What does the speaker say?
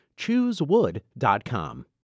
Choosewood.com